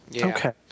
okay